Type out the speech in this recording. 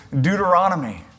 Deuteronomy